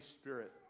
Spirit